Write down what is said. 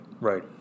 Right